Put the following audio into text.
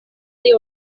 pli